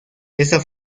esta